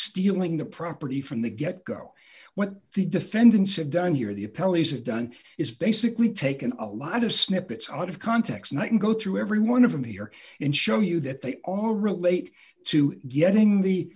stealing the property from the get go when the defendants have done here the a pelleas have done is basically taken a lot of snippets out of context not go through every one of them here and show you that they all relate to getting the